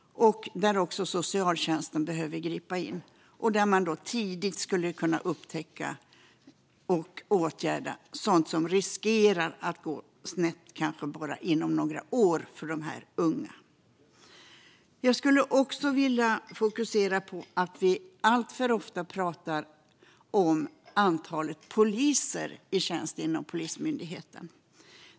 Även socialtjänsten behöver gripa in. Då skulle man tidigt kunna upptäcka och åtgärda sådant som riskerar att gå snett, kanske inom bara några år för de här unga. Jag skulle också vilja fokusera på att vi alltför ofta pratar om antalet poliser i tjänst inom Polismyndigheten.